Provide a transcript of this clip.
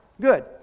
good